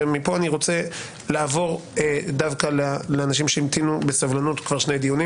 ומפה אני רוצה לעבור דווקא לאנשים שהמתינו בסבלנות כבר שני דיונים,